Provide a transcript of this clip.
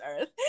earth